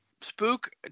spook